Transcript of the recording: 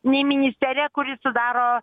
nei ministerija kuri sudaro